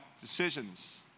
decisions